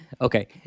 okay